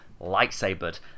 lightsabered